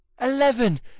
Eleven